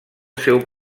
seu